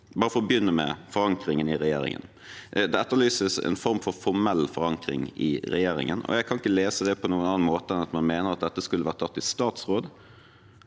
La meg få begynne med forankringen i regjeringen. Det etterlyses en form for formell forankring i regjeringen, og jeg kan ikke lese det på noen annen måte enn at man mener at dette skulle vært tatt i statsråd.